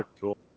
cool